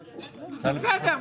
בסדר,